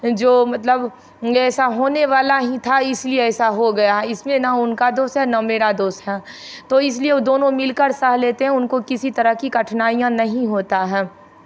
जो मतलब ऐसा होने वाला ही था इसलिए ऐसा हो गया इसमें ना उनका दोष है ना मेरा दोष है तो इसलिए वो दोनों मिलकर सह लेते हैं उनको किसी तरह का कठिनाइयाँ नहीं होता है